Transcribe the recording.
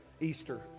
Easter